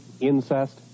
incest